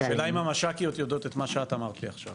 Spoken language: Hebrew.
השאלה אם המ"שקיות יודעות את מה שאת אמרת לי עכשיו.